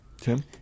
Tim